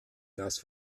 das